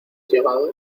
llegado